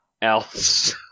Else